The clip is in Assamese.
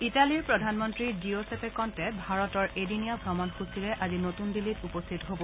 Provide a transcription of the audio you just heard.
ইটালী প্ৰধানমন্ত্ৰী জিঅচেপে কণ্টে ভাৰতৰ এদিনীয়া ভ্ৰমণত আজি নতুন দিল্লীত উপস্থিত হ'ব